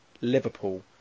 Liverpool